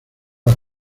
las